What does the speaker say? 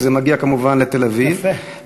וזה מגיע כמובן לתל-אביב,